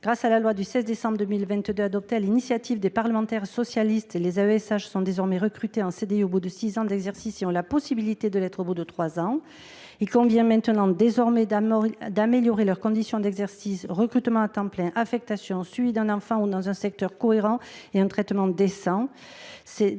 et des assistants d’éducation, adoptée sur l’initiative des parlementaires socialistes, les AESH sont recrutés en CDI au bout de six ans d’exercice et ont la possibilité de l’être au bout de trois ans. Il convient désormais d’améliorer leurs conditions d’exercice – recrutement à temps plein, affectation au suivi d’un enfant ou dans un secteur cohérent et traitement décent.